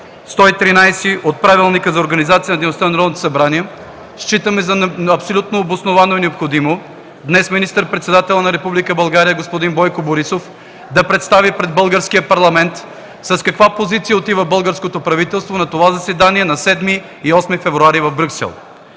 дейността на Народното събрание считаме за абсолютно обосновано и необходимо днес министър-председателят на Република България господин Бойко Борисов да представи пред Българския парламент с каква позиция отива българското правителство на това заседание на 7 и 8 февруари в Брюксел.